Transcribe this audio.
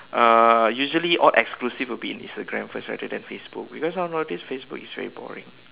uh usually all exclusive will be in Instagram first rather than Facebook because now nowadays Facebook is very boring